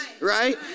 right